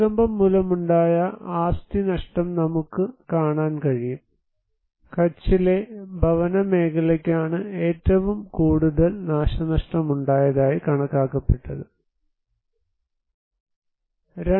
ഭൂകമ്പം മൂലമുണ്ടായ ആസ്തി നഷ്ടം നമുക്ക് കാണാൻ കഴിയും കച്ചിലെ ഭവന മേഖലയ്ക്കാണ് ഏറ്റവും കൂടുതൽ നാശനഷ്ടമുണ്ടായതായി കണക്കാക്കപ്പെട്ടത് 2